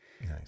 Nice